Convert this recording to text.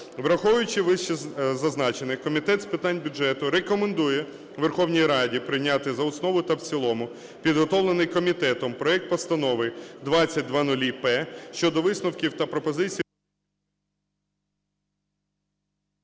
Враховуючи вищезазначене, Комітет з питань бюджету рекомендує Верховній Раді прийняти за основу та в цілому підготовлений комітетом проект Постанови 2000-П щодо висновків та пропозицій…